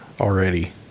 already